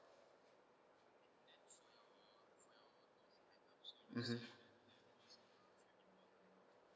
mmhmm